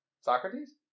Socrates